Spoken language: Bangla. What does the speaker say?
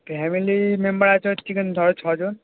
ফ্যামিলি মেম্বার আছে হচ্ছে গিয়ে ধরো ছজন